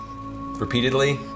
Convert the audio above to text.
repeatedly